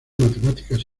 matemáticas